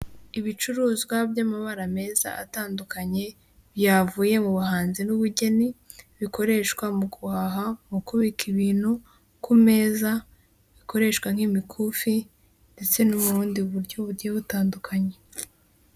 Ibicuruzwa by'amabara meza atandukanye byavuye mu buhanzi n'ubugeni bikoreshwa mu guhaha mu kubika ibintu ku meza bikoreshwa nk'imikufi ndetse n'ubundi buryo bugiye butandukanye.